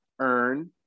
earn